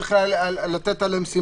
צריך לשים לב אליהם.